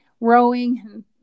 rowing